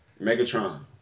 Megatron